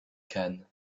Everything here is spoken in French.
cane